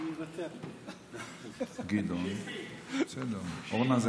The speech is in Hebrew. לכם את המראה שהיה